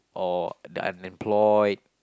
or the unemployed